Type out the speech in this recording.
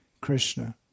Krishna